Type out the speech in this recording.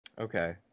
Okay